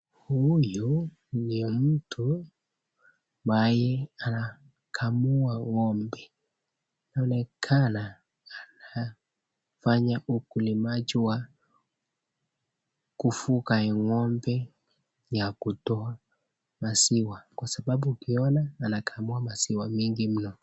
Huyu ni mtu ambaye anakamua ng'ombe, inaonekana anafanya ukulima wa kufuga ng'ombe wa kutoa maziwa, kwa sababu ukiona anakamua maziwa mingi mno.